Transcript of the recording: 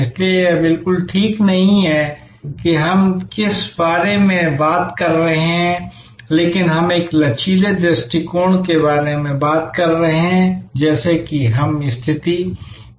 इसलिए यह बिल्कुल ठीक नहीं है कि हम किस बारे में बात कर रहे हैं लेकिन हम एक लचीले दृष्टिकोण के बारे में बात कर रहे हैं जैसे ही हम स्थिति विकसित करते हैं